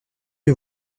que